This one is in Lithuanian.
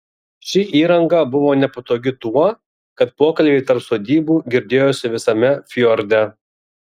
ši įranga buvo nepatogi tuo kad pokalbiai tarp sodybų girdėjosi visame fjorde